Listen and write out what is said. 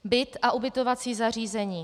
Byt a ubytovací zařízení.